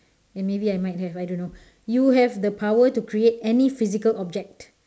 maybe I might have I don't know you have the power to create any physical object